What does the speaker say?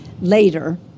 later